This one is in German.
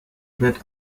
wird